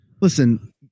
listen